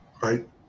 right